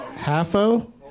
Half-o